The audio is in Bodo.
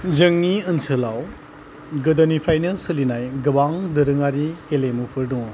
जोंनि ओनसोलाव गोदोनिफ्रायनो सोलिनाय गोबां दोरोङारि गेलेमुफोर दङ